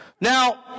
Now